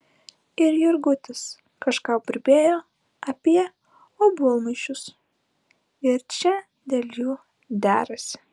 ir jurgutis kažką burbėjo apie obuolmušius ir čia dėl jų derasi